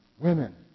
women